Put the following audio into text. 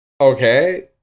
Okay